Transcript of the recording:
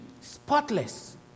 spotless